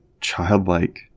childlike